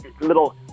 little